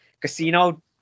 Casino